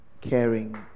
caring